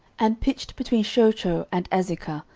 and pitched between shochoh and azekah,